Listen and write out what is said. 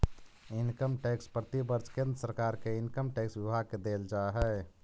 income tax प्रतिवर्ष केंद्र सरकार के इनकम टैक्स विभाग के देल जा हई